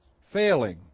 failing